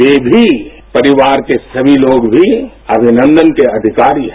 वे भी परिवार के सभी लोग भी अभिनंदनके अधिकारी हैं